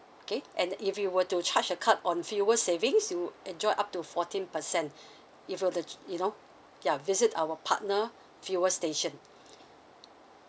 okay and if you were to charge the card on fuel savings you enjoy up to fourteen percent if you're to you know ya visit our partner fuel station